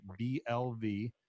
BLV